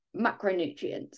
macronutrients